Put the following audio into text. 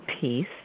peace